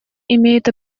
имеет